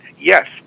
Yes